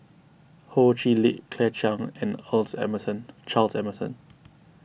Ho Chee Lick Claire Chiang and Emmerson Charles Emmerson